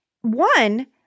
one